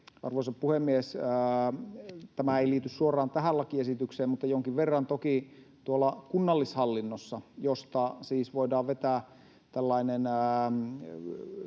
Arvoisa puhemies! Tämä ei liity suoraan tähän lakiesitykseen, mutta jonkin verran toki tuolla kunnallishallinnossa puhutaan — josta siis voidaan vetää tällainen